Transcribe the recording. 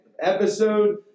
episode